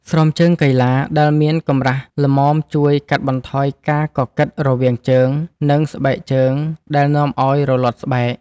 ស្រោមជើងកីឡាដែលមានកម្រាស់ល្មមជួយកាត់បន្ថយការកកិតរវាងជើង និងស្បែកជើងដែលនាំឱ្យរលាត់ស្បែក។